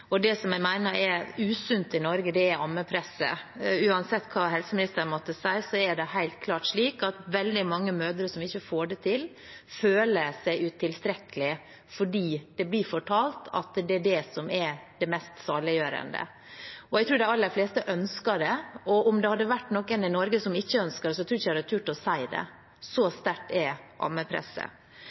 og det jeg mener er usunt i Norge, er ammepresset. Uansett hva helseministeren måtte si, er det helt klart slik at veldig mange mødre som ikke får det til, føler seg utilstrekkelige fordi de blir fortalt at det er det som er det mest saliggjørende. Jeg tror de aller fleste ønsker det, og om det hadde vært noen i Norge som ikke ønsket det, tror jeg ikke de hadde turt å si det. Så sterkt er ammepresset. Når man går på butikken og skal kjøpe mat til barna, når man har startet med